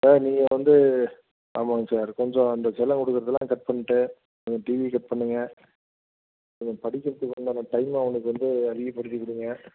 sir நீங்கள் வந்து ஆமாங்க சார் கொஞ்சம் அந்த செல்லம் கொடுக்கறதெல்லாம் கட் பண்ணிட்டு கொஞ்சம் டிவியை கட் பண்ணுங்க கொஞ்சம் படிக்கிறத்துக்கு உண்டான டைமை அவனுக்கு வந்து அதிகப்படுத்தி கொடுங்க